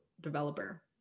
developer